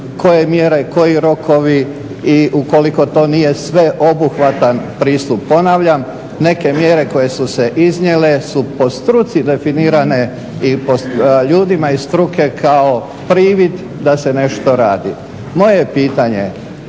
koje mjere, koji rokovi i u koliko to nije sveobuhvatan pristup. Ponavljam, neke mjere koje su se iznijele su po struci definirane i ljudima iz struke kao privid da se nešto radi. Moje je pitanje kad